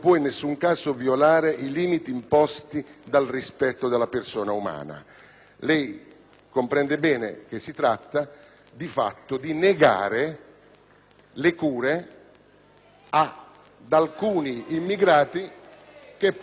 Lei comprende bene che si tratta, di fatto, di negare le cure ad alcuni immigrati che potrebbero temere una denunzia da parte del medico.